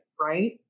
Right